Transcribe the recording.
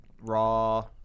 Raw